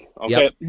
Okay